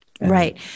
right